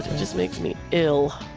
just makes me ill